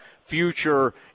future